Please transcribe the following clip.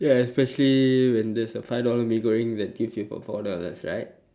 yes especially when there's a five dollar mee goreng that gives you for four dollars right